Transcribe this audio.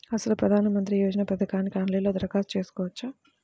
అసలు ప్రధాన మంత్రి యోజన పథకానికి ఆన్లైన్లో దరఖాస్తు చేసుకోవచ్చా?